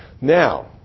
Now